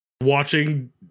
Watching